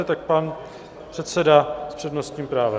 Tak pan předseda s přednostním právem.